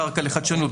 קרקע לחדשנות,